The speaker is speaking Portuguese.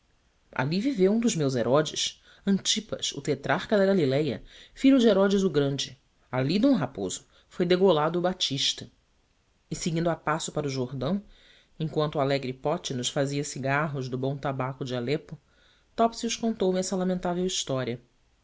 ali viveu um dos meus herodes antipas o tetrarca da galiléia filho de herodes o grande ali d raposo foi degolado o batista e seguindo a passo para o jordão enquanto o alegre pote nos fazia cigarros do bom tabaco de alepo topsius contou-me essa lamentável história